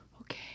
Okay